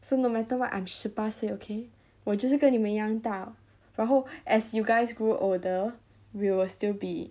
so no matter what I'm 十八岁 okay 我就是跟你们一样大然后 as you guys grow older we will still be